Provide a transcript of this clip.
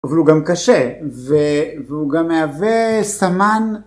והוא גם קשה והוא גם מהווה סמן.